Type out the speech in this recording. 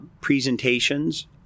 presentations